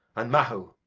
and mahu.